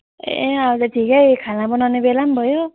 ए अहिले त ठिकै खाना बनाउने बेला पनि भयो